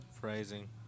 Phrasing